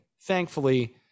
thankfully